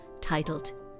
titled